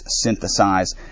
synthesize